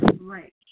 Right